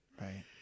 right